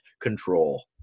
control